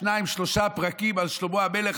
שניים-שלושה פרקים על שלמה המלך,